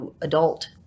adult